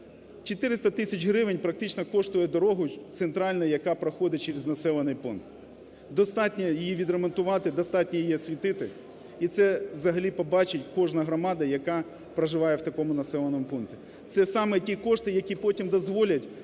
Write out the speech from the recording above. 400 тисяч гривень практично коштує дорога центральна, яка проходить через населений пункт. Достатньо її відремонтувати, достатньо її освітити і це взагалі побачить кожна громада, яка проживає в такому населеному пункті. Це саме ті кошти, які потім дозволять надати